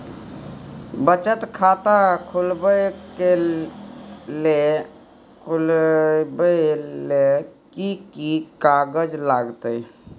बचत खाता खुलैबै ले कि की कागज लागतै?